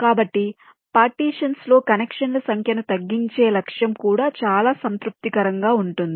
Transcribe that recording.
కాబట్టి పార్టీషన్స్ లో కనెక్షన్ల సంఖ్యను తగ్గించే లక్ష్యం కూడా చాలా సంతృప్తికరంగా ఉంటుంది